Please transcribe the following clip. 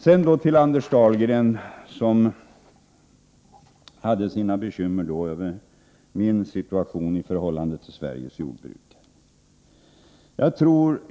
Sedan några ord till Anders Dahlgren, som hade bekymmer över min situation i förhållande till Sveriges jordbrukare.